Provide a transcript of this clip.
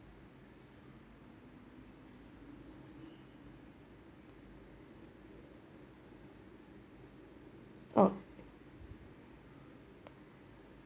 oh